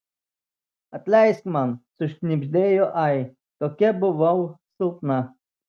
atleisk man sušnibždėjo ai tokia buvau silpna